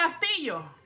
Castillo